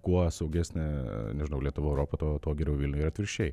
kuo saugesnė nežinau lietuva europa tuo tuo geriau vilniui ir atvirkščiai